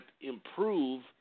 improve